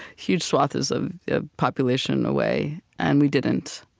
huge swathes of population away. and we didn't.